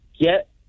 Get